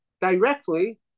directly